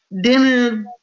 dinner